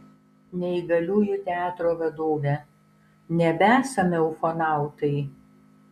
neįgaliųjų teatro vadovė nebesame ufonautai